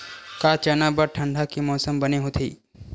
का चना बर ठंडा के मौसम बने होथे?